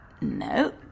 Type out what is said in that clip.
No